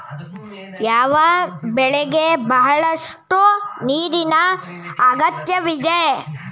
ಯಾವ ಬೆಳೆಗೆ ಬಹಳಷ್ಟು ನೀರಿನ ಅಗತ್ಯವಿದೆ?